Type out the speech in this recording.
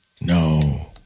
No